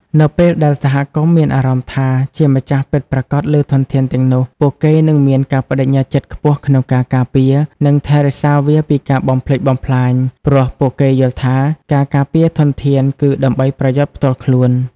នៅពេលដែលសហគមន៍មានអារម្មណ៍ថា ជាម្ចាស់ពិតប្រាកដលើធនធានទាំងនោះ ពួកគេនឹងមានការប្ដេជ្ញាចិត្តខ្ពស់ក្នុងការការពារ និងថែរក្សាវាពីការបំផ្លិចបំផ្លាញ ព្រោះពួកគេយល់ថាការការពារធនធាន គឺដើម្បីប្រយោជន៍ផ្ទាល់ខ្លួន។